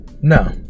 no